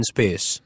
Space